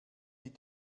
die